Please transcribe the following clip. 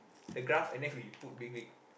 the graph and then we put big big